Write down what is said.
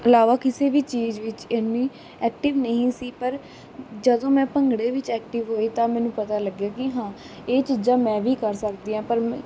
ਇਲਾਵਾ ਕਿਸੇ ਵੀ ਚੀਜ਼ ਵਿੱਚ ਇੰਨੀ ਐਕਟਿਵ ਨਹੀਂ ਸੀ ਪਰ ਜਦੋਂ ਮੈਂ ਭੰਗੜੇ ਵਿੱਚ ਐਕਟਿਵ ਹੋਈ ਤਾਂ ਮੈਨੂੰ ਪਤਾ ਲੱਗਿਆ ਕਿ ਹਾਂ ਇਹ ਚੀਜ਼ਾਂ ਮੈਂ ਵੀ ਕਰ ਸਕਦੀ ਹਾਂ ਪਰ ਮ